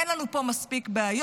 אין לנו פה מספיק יבוא,